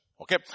okay